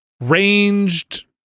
Ranged